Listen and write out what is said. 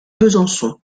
besançon